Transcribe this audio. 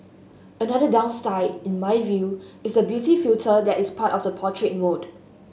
another downside in my view is the beauty filter that is part of the portrait mode